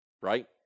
Right